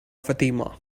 fatima